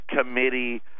committee